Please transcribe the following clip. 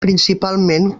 principalment